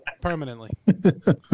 permanently